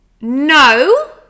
no